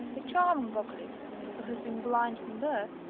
a charming vocalist, who has been blind from birth,